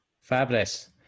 Fabulous